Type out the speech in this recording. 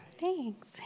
Thanks